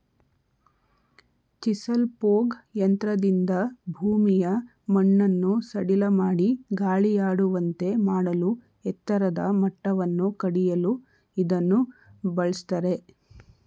chisel plough ಯಂತ್ರದಿಂದ ಭೂಮಿಯ ಮಣ್ಣನ್ನು ಸಡಿಲಮಾಡಿ ಗಾಳಿಯಾಡುವಂತೆ ಮಾಡಲೂ ಎತ್ತರದ ಮಟ್ಟವನ್ನು ಕಡಿಯಲು ಇದನ್ನು ಬಳ್ಸತ್ತರೆ